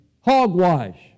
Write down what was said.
hogwash